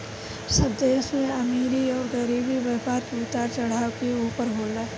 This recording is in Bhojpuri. सब देश में अमीरी अउर गरीबी, व्यापार मे उतार चढ़ाव के ऊपर होला